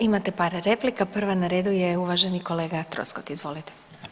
Imate par replika, prva na redu je uvaženi kolega Troskot, izvolite.